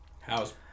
How's